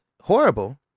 horrible